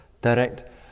direct